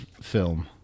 film